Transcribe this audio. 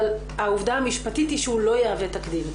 אבל העובדה המשפטית היא שהוא לא יהווה תקדים,